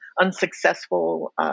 unsuccessful